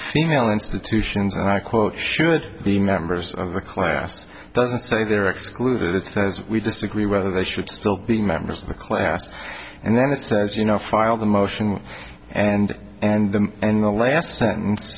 funeral institutions and i quote should be members of the class doesn't say they're excluded it says we disagree whether they should still be members of the class and then it says you know filed the motion and and the and the last sentence